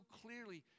clearly